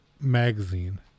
Magazine